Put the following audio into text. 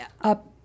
up